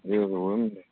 એવું એમ ને